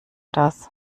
das